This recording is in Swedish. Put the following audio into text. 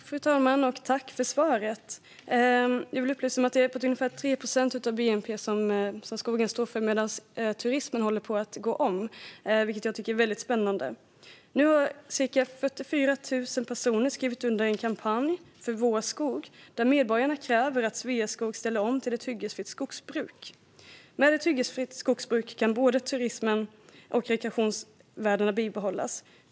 Fru talman! Tack för svaret! Jag vill upplysa om att skogen står för ungefär 3 procent av bnp medan turismen håller på att gå om, vilket jag tycker är väldigt spännande. Nu har ca 44 000 personer skrivit under kampanjen Vår skog. Medborgarna kräver där att Sveaskog ställer om till ett hyggesfritt skogsbruk. Med ett hyggesfritt skogsbruk kan både turismen och rekreationsvärdena bibehållas.